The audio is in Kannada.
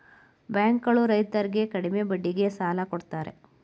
ಬ್ಯಾಂಕ್ ಗಳು ರೈತರರ್ಗೆ ಕಡಿಮೆ ಬಡ್ಡಿಗೆ ಸಾಲ ಕೊಡ್ತಾರೆ